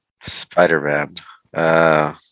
Spider-Man